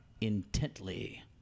intently